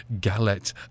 Galette